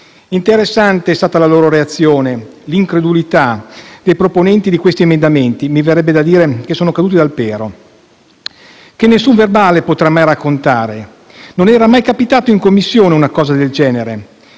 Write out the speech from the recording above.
Interessante è stata la loro reazione, l'incredulità dei proponenti di quegli emendamenti - mi verrebbe da dire che sono caduti dal pero - che nessun resoconto potrà mai raccontare. Non era mai capitato in Commissione una cosa del genere!